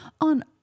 on